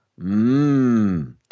Mmm